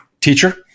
teacher